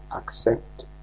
accept